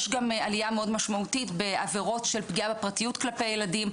יש גם עלייה מאוד משמעותית בעבירות של פגיעה בפרטיות כלפי ילדים,